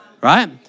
right